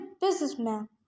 businessman